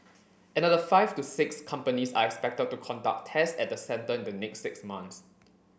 another five to six companies are expected to conduct tests at the centre in the next six months